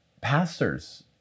pastors